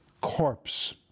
corpse